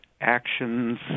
actions